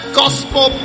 gospel